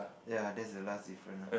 ya there's the last different lah